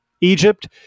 Egypt